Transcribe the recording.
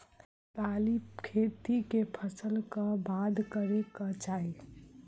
दालि खेती केँ फसल कऽ बाद करै कऽ चाहि?